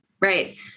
Right